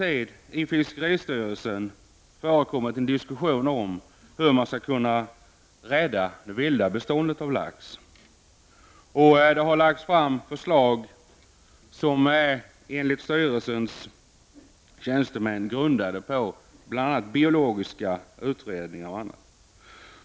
I fiskeristyrelsen har man länge diskuterat hur man skall kunna rädda det vilda beståndet av lax. Det har lagts fram förslag som enligt styrelsens tjänstemän bl.a. är grundande på biologiska utredningar.